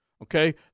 Okay